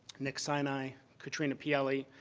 nick sinai, katrina pielli,